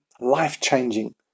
life-changing